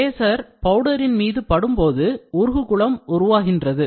laser பவுடரின் மீது படும்போது உருகு குளம் உருவாகின்றது